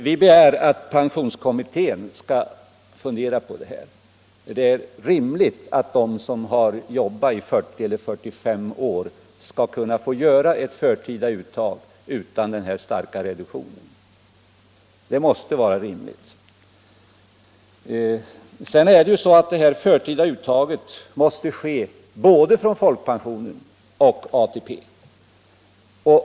Vi begär att pensionskommittén skall fundera på det här. Det är rimligt att de som jobbat i 40-45 år skall kunna få göra ett förtida uttag utan den här starka reduktionen. Det förtida uttaget måste ske från både folkpensionen och ATP.